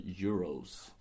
euros